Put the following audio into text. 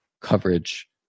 coverage